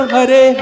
Hare